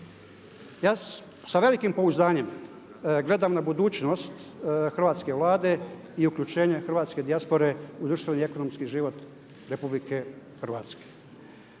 Ja sa velikim pouzdanjem gledam na budućnost hrvatske Vlade i uključenje hrvatske dijaspore i društveni i ekonomski život Republike Hrvatske.